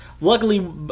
Luckily